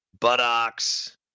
buttocks